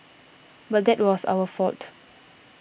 but that was our fault